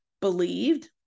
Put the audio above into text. believed